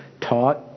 taught